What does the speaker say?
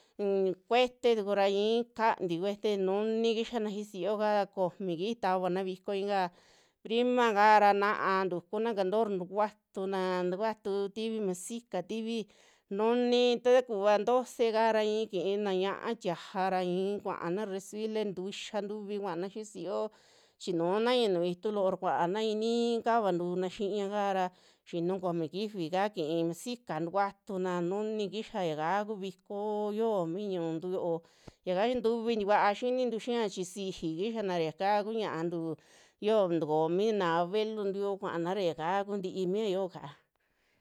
Un cuete tukura i'i kantii cuete, nuni kixana xii siiyoka komi kiji tavana vikoña kaa primaka ra na'a tukuna cantor tukuantuna, tukuatu tivi masica tiki, nuni takuva doce kaara i'i kii na ñáa tiaja ra i'i kuaana resfile tuixa ntuvi kaana xii siiyo chinunaña nuju ituu loora kuana i'ini kavantuna xiiñaka ra xinu komi kifi kaa ki'i masica tukuatuna nuni kixa yaka kuu vikoo yio mi ñu'untu yo'o, yaka ntuvi tikua xinintu xia chi siji kixana yakaa kuu ñiantu yoo tokomina abuelontu yoo kuana ra yaka kuntii mi yaa yooka.